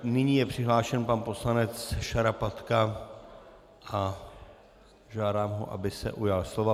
Nyní je přihlášen pan poslanec Šarapatka a žádám ho, aby se ujal slova.